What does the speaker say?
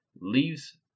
leaves